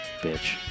Bitch